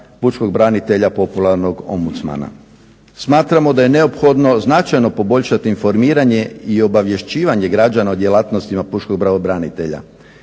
pravobranitelja popularnog ombudsmana. Smatramo da je neophodno značajno poboljšati informiranje i obavješćivanje građana o djelatnostima pučkog pravobranitelja.